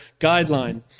guideline